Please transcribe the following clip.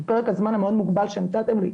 בפרק הזמן המאוד מוגבל שנתתם לי,